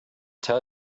tell